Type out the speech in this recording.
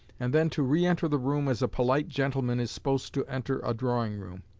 and then to re-enter the room as a polite gentleman is supposed to enter a drawing-room.